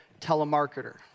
telemarketer